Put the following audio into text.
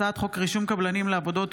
הצעת חוק רישום קבלנים לעבודות